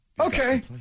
okay